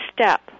step